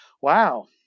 wow